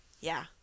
Yeah